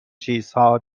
چیزها